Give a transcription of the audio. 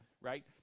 right